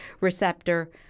receptor